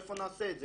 איפה נעשה את זה?